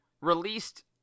released